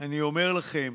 אני אומר לכם,